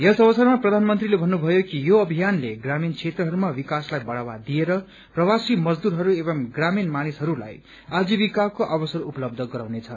यस अवसरमा प्रधानमन्त्रीले भन्नुभयो कि यो अभियानले ग्रामीण क्षेत्रहरूमा विक्वसलाई बढ़ावा दिएर प्रवासी मजदूरहरू एवं ग्रामीण क्षेत्रका मानिसहस्लाई आजीविक्रको अवसर उपलब्ध गराउनेछ